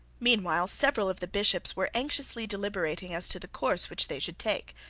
meanwhile several of the bishops were anxiously deliberating as to the course which they should take.